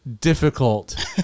difficult